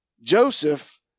Joseph